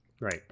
right